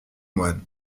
moine